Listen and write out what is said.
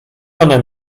one